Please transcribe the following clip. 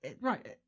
Right